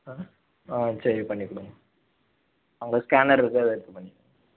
ஆ ஆ சரி பண்ணி கொடுங்க அங்கே ஸ்கேனர் இருக்கு அதை எடுத்து பண்ணி கொடுங்க